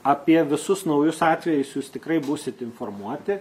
apie visus naujus atvejus jūs tikrai būsit informuoti